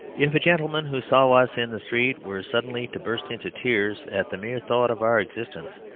if a gentleman who saw us in the street were suddenly to burst into tears at the mere thought of our existence,